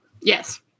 yes